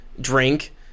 drink